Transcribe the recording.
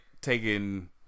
taking